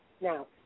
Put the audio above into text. Now